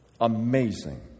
Amazing